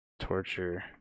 torture